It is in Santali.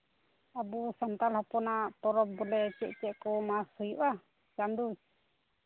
ᱟᱵᱚ ᱥᱟᱱᱛᱟᱞ ᱦᱚᱯᱚᱱᱟᱜ ᱯᱚᱨᱚᱵᱽ ᱵᱚᱞᱮ ᱪᱮᱫ ᱪᱮᱫ ᱠᱚ ᱢᱟᱥ ᱦᱩᱭᱩᱜᱼᱟ ᱪᱟᱸᱫᱳ